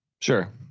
Sure